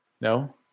No